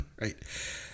Right